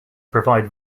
provide